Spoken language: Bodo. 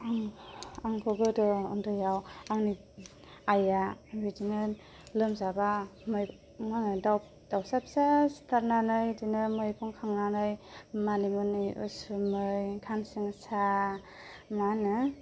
आंखौ गोदो उन्दैयाव आंनि आइआ बिदिनो लोमजाब्ला दाउसा फिसा सिथारनानै बिदिनो मैगं खांनानै मानि मुनि उसुमै खानसिंसा मा होनो